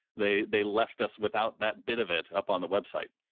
they they left us without that bit of it up on the website.